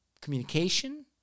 communication